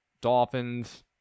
Dolphins